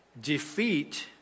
Defeat